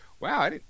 Wow